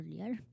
earlier